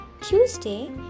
Tuesday